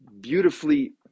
beautifully